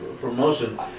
promotion